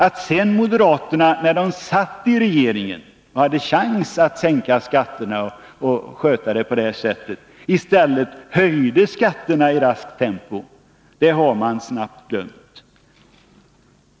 Att sedan moderaterna när de satt i regeringen och hade chans att sänka skatten i stället höjde skatterna i raskt tempo har de snabbt glömt.